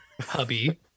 hubby